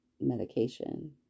medication